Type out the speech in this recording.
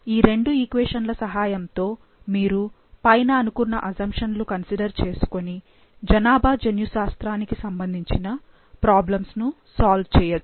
ఈ రెండు ఈక్వేషన్ల సహాయంతో మీరు పైన అనుకున్న అసంషన్లు కన్సిడర్ చేసుకొని జనాభా జన్యుశాస్త్రానికి సంబంధించిన ప్రాబ్లమ్స్ ను సాల్వ్ చేయొచ్చు